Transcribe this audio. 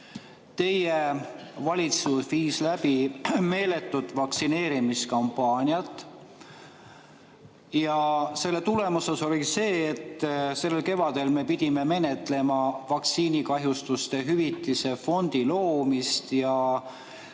Teie valitsus viis läbi meeletut vaktsineerimiskampaaniat. Ja tulemus oli see, et sellel kevadel me pidime menetlema vaktsiinikahjustuste hüvitamise fondi loomist ja